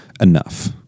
enough